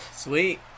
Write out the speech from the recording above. sweet